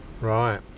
Right